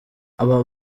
aba